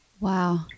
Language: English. Wow